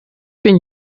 bin